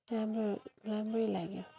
राम्रो राम्रै लाग्यो